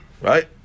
right